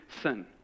sin